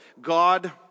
God